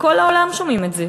בכל העולם שומעים את זה.